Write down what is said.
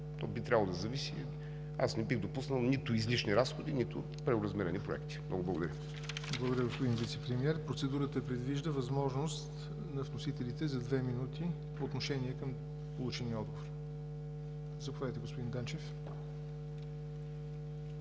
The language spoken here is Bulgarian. то би трябвало да зависи, аз не бих допуснал нито излишни разходи, нито преоразмерени проекти. Много благодаря. ПРЕДСЕДАТЕЛ ЯВОР НОТЕВ: Благодаря, господин Вицепремиер. Процедурата предвижда възможност на вносителите за две минути отношение към получения отговор. Заповядайте, господин Данчев.